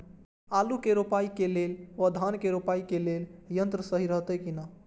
आलु के रोपाई के लेल व धान के रोपाई के लेल यन्त्र सहि रहैत कि ना?